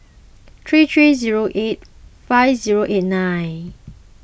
three three zero eight five zero eight nine